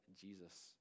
Jesus